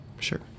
Sure